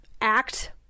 act